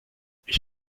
ich